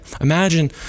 imagine